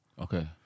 Okay